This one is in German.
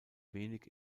wenig